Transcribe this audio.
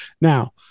Now